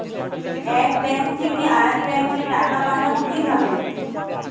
এক ব্যাংক থেকে আরেক ব্যাংকে টাকা পাঠাবো কিভাবে?